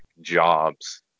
jobs